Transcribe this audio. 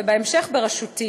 ובהמשך בראשותי.